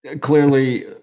clearly